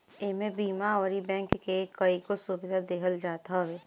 इमे बीमा अउरी बैंक के कईगो सुविधा देहल जात हवे